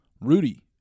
rudy